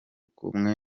kumwe